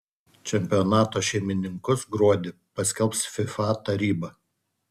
čempionato šeimininkus gruodį paskelbs fifa taryba